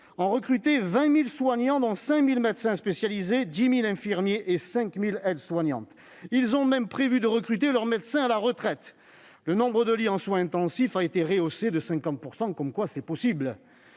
ont recruté 20 000 soignants, soit 5 000 médecins spécialisés, 10 000 infirmiers et 5 000 aides-soignantes. Ils ont même prévu de recruter leurs médecins à la retraite. Le nombre de lits en soins intensifs a été augmenté de 50 %. Comme quoi, c'est possible